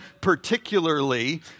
particularly